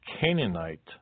Canaanite